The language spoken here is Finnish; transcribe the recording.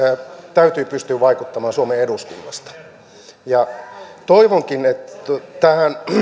täytyy pystyä vaikuttamaan suomen eduskunnasta toivonkin että tähän